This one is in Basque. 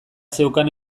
zeukan